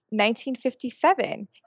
1957